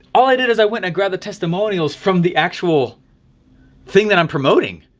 all i did is i went and grabbed the testimonials from the actual thing that i'm promoting,